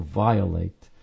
violate